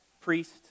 priest